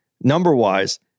number-wise